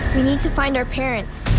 we need to find our parents.